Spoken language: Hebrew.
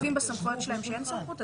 אם פוגעים בסמכויות שלהן שאין סמכות,